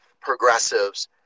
progressives